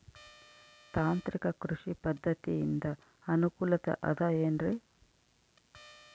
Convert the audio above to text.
ತಾಂತ್ರಿಕ ಕೃಷಿ ಪದ್ಧತಿಯಿಂದ ಅನುಕೂಲತೆ ಅದ ಏನ್ರಿ?